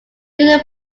during